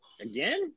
again